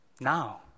now